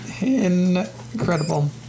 Incredible